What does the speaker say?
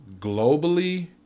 Globally